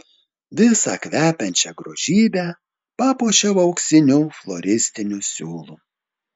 visą kvepiančią grožybę papuošiau auksiniu floristiniu siūlu